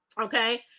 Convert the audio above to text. okay